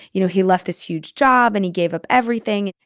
you know, he left this huge job and he gave up everything.